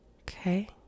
Okay